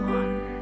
one